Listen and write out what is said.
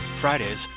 Fridays